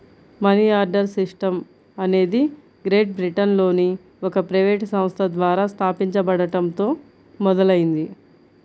money order system అనేది great బ్రిటన్లోని ఒక ప్రైవేట్ సంస్థ ద్వారా స్థాపించబడటంతో మొదలైంది